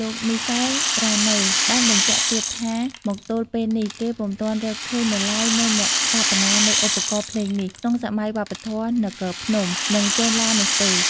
លោកមីសែល ត្រាណេ បានបញ្ជាក់ទៀតថាមកទល់ពេលនេះគេពុំទាន់រកឃើញនៅឡើយនូវអ្នកស្ថាបនានៃឧបករណ៍ភ្លេងនេះ ក្នុងសម័យវប្បធម៌នគរភ្នំ និងចេនឡានោះទេ។